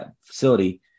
facility